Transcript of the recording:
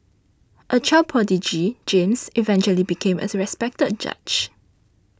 a child prodigy James eventually became a respected judge